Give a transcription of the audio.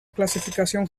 clasificación